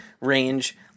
range